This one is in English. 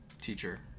teacher